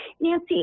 Nancy